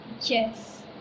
Yes